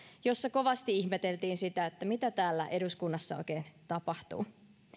missä kovasti ihmeteltiin sitä että mitä täällä eduskunnassa oikein tapahtuu